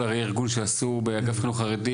הרה-ארגון שעשו באגף לאגף חינוך חרדי,